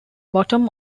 bottom